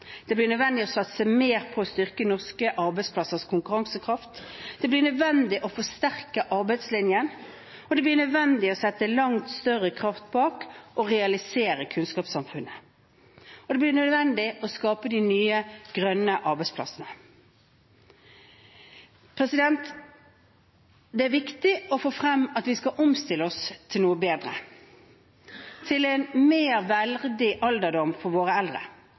Det blir nødvendig å satse mer på å styrke norske arbeidsplassers konkurransekraft. Det blir nødvendig å forsterke arbeidslinjen. Det blir nødvendig å sette langt større kraft bak det å realisere kunnskapssamfunnet. Og det blir nødvendig å skape de nye, grønne arbeidsplassene. Det er viktig å få frem at vi skal omstille oss til noe bedre – til en mer verdig alderdom for våre eldre,